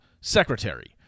secretary